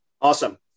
Awesome